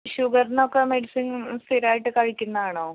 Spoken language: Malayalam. ഷുഗറിനൊക്കെ മെഡിസിൻ സ്ഥിരമായിട്ട് കഴിക്കുന്നതാണോ